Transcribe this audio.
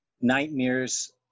Nightmares